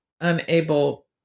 unable